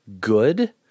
good